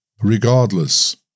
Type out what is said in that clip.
Regardless